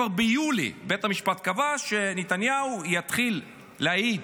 כבר ביולי בית המשפט קבע שנתניהו יתחיל להעיד